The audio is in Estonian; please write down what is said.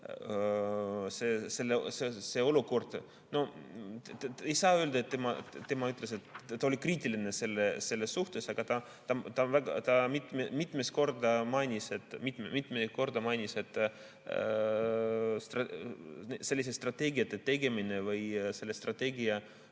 see olukord ... Ei saa öelda, et tema ütles, aga ta oli kriitiline selle suhtes. Ta mitu korda mainis, et selliste strateegiate tegemine või selliste strateegiate